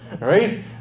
right